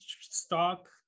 stock